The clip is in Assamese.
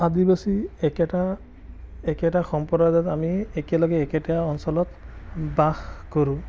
আদিবাসী একেটা একেটা সম্প্ৰদায়ৰ আমি একেলগে একেটা অঞ্চলত বাস কৰোঁ